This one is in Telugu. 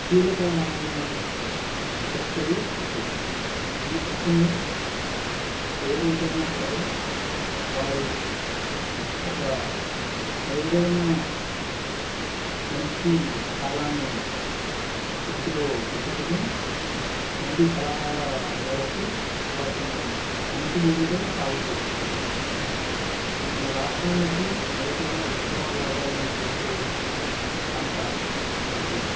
కీలకమైన వస్తువు పత్తి ఈ పత్తిని ఏ రైతైనా సరే వారు ఒక మెరుగైన మంచి కాలాన్ని దృష్టిలో పెట్టుకొని మంచి సలహాల మేరకు వాటిని మంచి భూమిలో సాగు చేస్తారు మన రాష్ట్రానికి మొదటిగా ఎక్కువ లాభాలను తెచ్చే పంట పత్తి